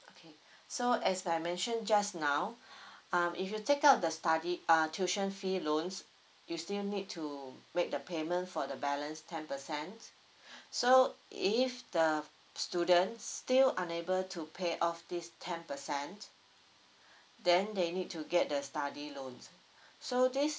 okay so as I mentioned just now um if you take out the study uh tuition fee loans you still need to make the payment for the balance ten percent so if the students still unable to pay off this ten percent then they need to get the study loans so this